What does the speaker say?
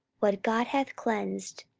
what god hath cleansed,